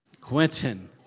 Quentin